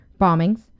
bombings